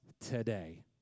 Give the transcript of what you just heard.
today